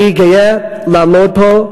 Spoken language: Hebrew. אני גאה לעמוד פה,